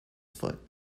foot